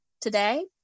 today